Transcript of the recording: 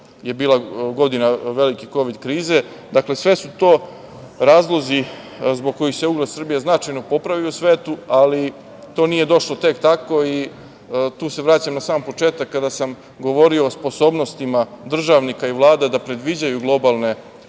je bila godina veliki kovid krize. Dakle, sve su to razlozi zbog kojih se ugled Srbije značajno popravio u svetu, ali to nije došlo tek tako i tu se vraćam na sam početak kada sam govorio o sposobnostima državnika i vlada da predviđaju globalne